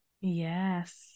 Yes